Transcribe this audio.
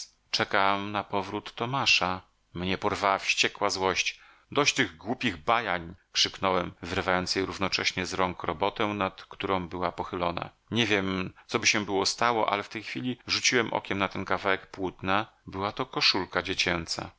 czekam na powrót tomasza mnie porwała wściekła złość dość tych głupich bajań krzyknąłem wyrywając jej równocześnie z rąk robotę nad którą była pochylona nie wiem coby się było stało ale w tej chwili rzuciłem okiem na ten kawałek płótna była to koszulka dziecięca